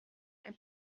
ein